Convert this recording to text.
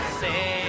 say